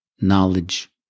knowledge